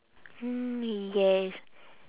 hmm yes